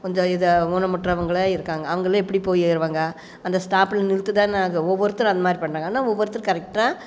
கொஞ்சம் இதாகவும் ஊனமுற்றவங்களே இருக்காங்க அவங்களே எப்படி போய் ஏறுவாங்க அந்த ஸ்டாப்பில் நிறுத்தி தானே ஆக ஒவ்வொருத்தர் அந்த மாதிரி பண்ணுறாங்க ஆனால் ஒவ்வொருத்தர் கரெக்டாக